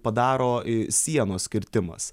padaro i sienos kirtimas